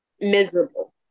miserable